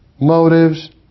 motives